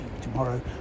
tomorrow